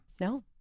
No